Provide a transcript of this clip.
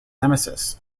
nemesis